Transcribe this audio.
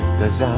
cause